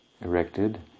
erected